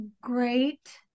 great